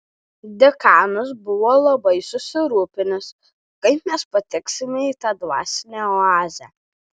dekanas buvo labai susirūpinęs kaip mes pateksime į tą dvasinę oazę